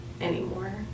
anymore